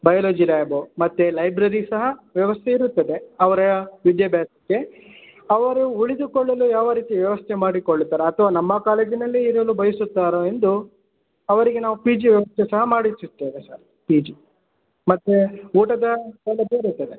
biology lab ಮತ್ತು library ಸಹ ವ್ಯವಸ್ಥೆ ಇರುತ್ತದೆ ಅವರ ವಿದ್ಯಾಭ್ಯಾಸಕ್ಕೆ ಅವರು ಉಳಿದುಕೊಳ್ಳಲು ಯಾವ ರೀತಿ ವ್ಯವಸ್ಥೆ ಮಾಡಿಕೊಳ್ಳುತ್ತಾರೋ ಅಥವಾ ನಮ್ಮ ಕಾಲೇಜಿನಲ್ಲಿ ಇರಲು ಬಯಸುತ್ತಾರೋ ಎಂದು ಅವರಿಗೆ ನಾವು ಪಿ ಜಿ ವ್ಯವಸ್ಥೆ ಸಹ ಮಾಡಿಸುತ್ತೇವೆ ಸರ್ ಪಿ ಜಿ ಮತ್ತು ಊಟದ ಸೌಲಭ್ಯ ಇರುತ್ತದೆ